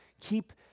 keep